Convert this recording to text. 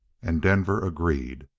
and denver agreed,